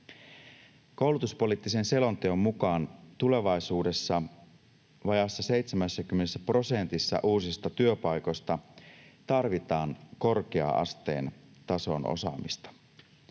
Koulutuspoliittisen selonteon mukaan tulevaisuudessa vajaassa 70 prosentissa uusista työpaikoista tarvitaan korkea-asteen tason osaamista.